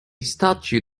statue